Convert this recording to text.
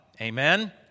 Amen